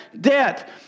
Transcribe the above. debt